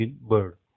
bird